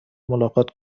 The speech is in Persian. ملاقات